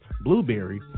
Blueberry